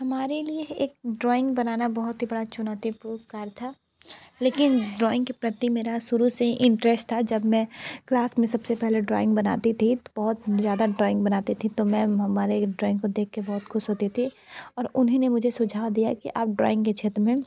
हमारे लिए एक ड्राॅइंग बनाना बहुत ही बड़ा चुनौती पूर्ण कार्य था लेकिन ड्राॅइंग के प्रति मेरा शुरू से ही इंटरेस्ट था जब मैं क्लास में सब से पहले ड्राॅइंग बनाती थी तो बहुत ज़्यादा ड्राॅइंग बनाती थी तो मैम हमारी ड्राॅइंग को देख के बहुत ख़ुश होती थी और उन्होंने मुझे सुझाव दिया कि आप ड्राॅइंग के क्षेत्र में